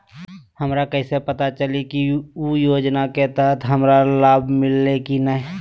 हमरा कैसे पता चली की उ योजना के तहत हमरा लाभ मिल्ले की न?